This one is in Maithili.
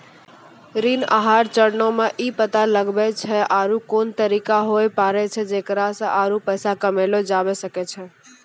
ऋण आहार चरणो मे इ पता लगाबै छै आरु कोन तरिका होय पाड़ै छै जेकरा से कि आरु पैसा कमयलो जाबै सकै छै